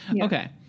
okay